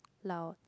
lau